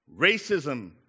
Racism